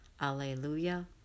Alleluia